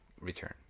return